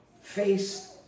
face